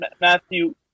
Matthew